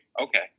Okay